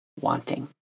wanting